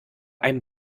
einem